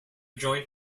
joint